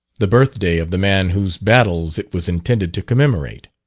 the birth-day of the man whose battles it was intended to commemorate.